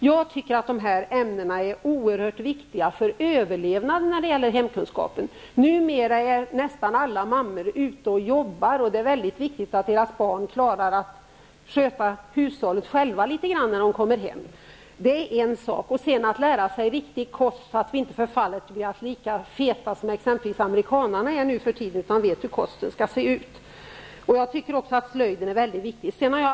Hemkunskap är oerhört viktigt för den allmänna överlevnaden. Numera är nästan alla mammor ute och jobbar. Därför är det väldigt viktigt att deras barn klarar att själva sköta sitt hushåll när de kommer hem från skolan. Dessutom är det viktigt att barnen får lära sig hur riktig kost skall se ut, så att vi inte förfaller till att bli lika feta som t.ex. amerikanarna är nu för tiden. Även slöjd är väldigt viktigt.